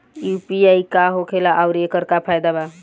UPI का होखेला आउर एकर का फायदा बा?